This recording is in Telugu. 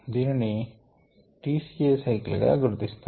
దీనిని T C A సైకిల్ గా గుర్తిస్తారు